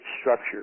structure